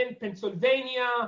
Pennsylvania